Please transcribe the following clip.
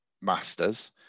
master's